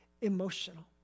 emotional